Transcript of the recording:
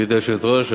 גברתי היושבת-ראש.